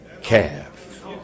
calf